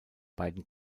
beiden